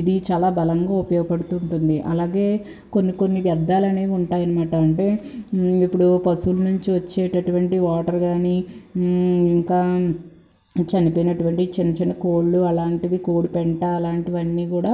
ఇది చాలా బలంగా ఉపయోగపడుతు ఉంటుంది అలాగే కొన్ని కొన్ని వ్యర్ధాలు అనేవి ఉంటాయన్నమాట అంటే ఇప్పుడు పశువుల నుంచి వచ్చేటటువంటి వాటర్ కానీ ఇంకా చనిపోయినటువంటి చిన్న చిన్న కోళ్ళు అలాంటివి కోడిపెంట అలాంటివి అన్నీ కూడా